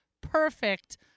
perfect